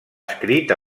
escrit